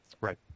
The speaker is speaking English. Right